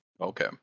Okay